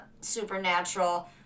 Supernatural